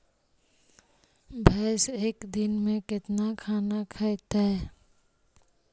भैंस एक दिन में केतना खाना खैतई?